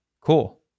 cool